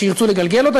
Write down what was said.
כשירצו לגלגל אותה,